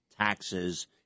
taxes